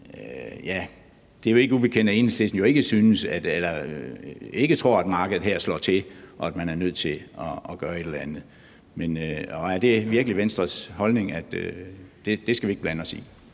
selv. Det er jo ikke ukendt, at Enhedslisten ikke tror, at det slår til med markedet her, men tror, at man er nødt til at gøre et eller andet. Er det virkelig Venstres holdning, at det skal vi ikke blande os i?